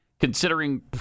Considering